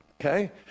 okay